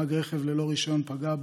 נהג רכב ללא רישיון פגע בו.